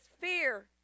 fear